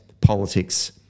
politics